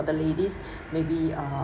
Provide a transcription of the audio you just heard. the ladies maybe uh